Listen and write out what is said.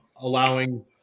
allowing